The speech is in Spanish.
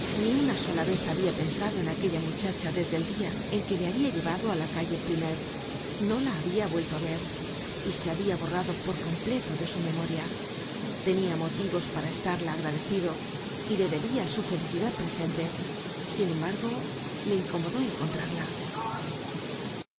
ni una sola vez habia pensado en aquella muchacha desde el dia en que le habia llevado á la calle plumet no la habia vuelto á ver y se habia borrado por completo de su memoria tenia motivos para estarla agradecido y le debia su felicidad presente sin embargo le incomodó encontrarla